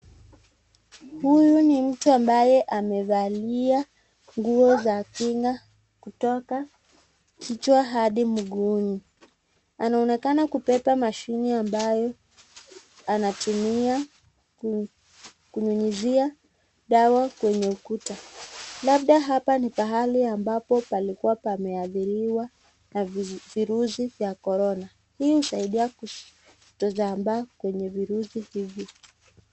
Huyu ni mtu ambaye amevalia nguo za kinga kutoka kichwa hadi mguuni , anaonekana kubeba mashini ambayo anatumia kunyunyizia dawa kwenye ukuta, labda hapa ni pahali ambapo palikuwa pameathiriwa na virusi vya corona hii husaidia kutosambaa kwenye virusi hivi.